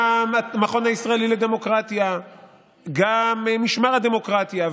גם המכון הישראלי לדמוקרטיה וגם משמר הדמוקרטיה,